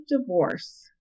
divorce